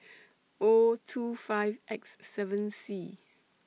O two five X seven C